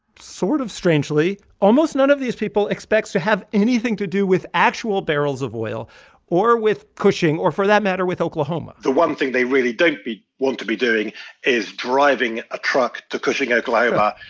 sort of strangely, almost none of these people expects to have anything to do with actual barrels of oil or with cushing or, for that matter, with oklahoma the one thing they really don't want to be doing is driving a truck to cushing, okla.